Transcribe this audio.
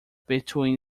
between